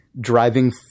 driving